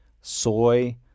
soy